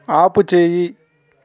ఆపుచేయి